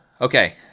Okay